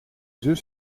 zus